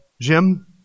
Jim